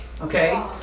Okay